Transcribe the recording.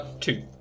Two